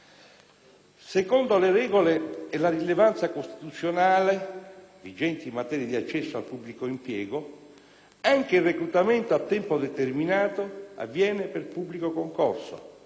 Secondo le regole a rilevanza costituzionale vigenti in materia di accesso al pubblico impiego, anche il reclutamento a tempo determinato avviene per pubblico concorso.